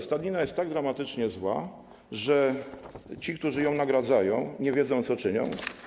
Stadnina jest tak dramatycznie zła, że ci, którzy ją nagradzają, nie wiedzą, co czynią?